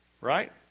Right